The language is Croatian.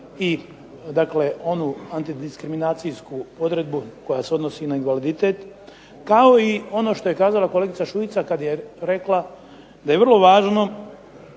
i dakle onu antidiskriminacijsku odredbu koja se odnosi na invaliditet, kao i ono što je kazala kolegica Šuica kad je rekla da je vrlo važno